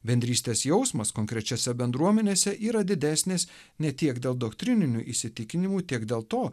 bendrystės jausmas konkrečiose bendruomenėse yra didesnis ne tiek dėl doktrininių įsitikinimų tiek dėl to